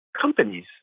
companies